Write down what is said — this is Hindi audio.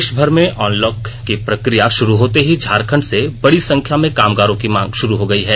देषभर में अनलॉक की प्रकिया शुरू होते ही झारखंड से बड़ी संख्या में कामगारों की मांग शुरू हो गयी है